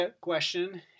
question